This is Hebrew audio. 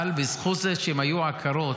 אבל בזכות זה שהן היו עקרות,